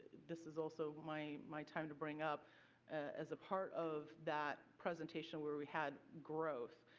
this is also my my time to bring up as a part of that presentation where we had growth,